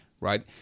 right